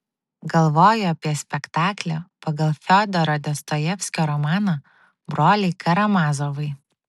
galvoju apie spektaklį pagal fiodoro dostojevskio romaną broliai karamazovai